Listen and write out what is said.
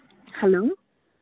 hello